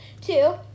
two